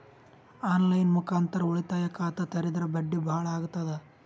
On line ಮುಖಾಂತರ ಉಳಿತಾಯ ಖಾತ ತೇರಿದ್ರ ಬಡ್ಡಿ ಬಹಳ ಅಗತದ?